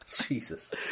Jesus